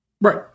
Right